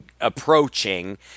approaching